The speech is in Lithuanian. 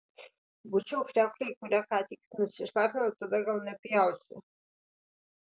bučiuok kriauklę į kurią ką tik nusišlapinau tada gal nepjausiu